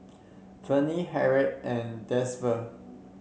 Vennie Harriet and